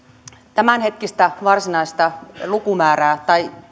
tämänhetkistä varsinaista lukumäärää tai